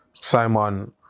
Simon